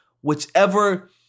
whichever